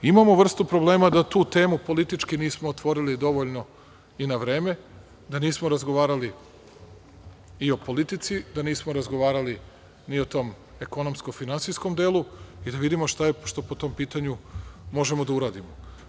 Imamo vrstu problema da tu temu politički nismo otvorili dovoljno i na vreme, da nismo razgovarali i o politici, da nismo razgovarali ni o tom ekonomsko-finansijskom delu, i da vidimo šta po tom pitanju možemo da uradimo.